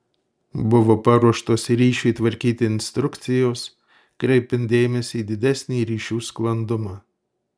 buvo paruoštos ryšiui tvarkyti instrukcijos kreipiant dėmesį į didesnį ryšių sklandumą